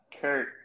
kurt